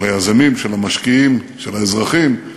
של היזמים, של המשקיעים, של האזרחים,